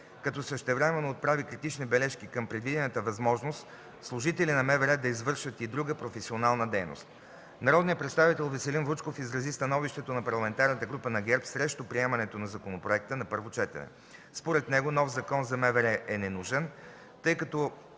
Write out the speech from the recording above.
като същевременно отправи критични бележки към предвидената възможност служители на МВР да извършват и друга професионална дейност. Народният представител Веселин Вучков изрази становището на парламентарната група на ГЕРБ срещу приемането на законопроекта на първо четене. Според него нов закон за МВР е ненужен, тъй като